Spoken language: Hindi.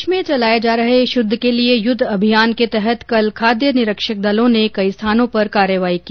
प्रदेश में चलाए जा रहे शुद्ध के लिए युद्ध अभियान के तहत कल खाद्य निरक्षक दलों ने कई स्थानों पर कार्रवाई की